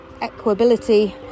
equability